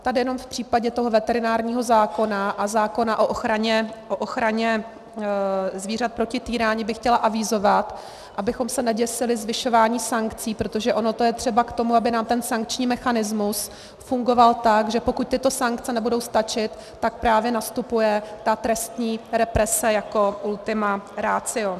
Tady jenom v případě veterinárního zákona a zákona o ochraně zvířat proti týrání bych chtěla avizovat, abychom se neděsili zvyšování sankcí, protože ono to je třeba k tomu, aby nám ten sankční mechanismus fungoval tak, že pokud tyto sankce nebudou stačit, tak právě nastupuje trestní represe jako ultima ratio.